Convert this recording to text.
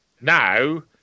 now